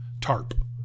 TARP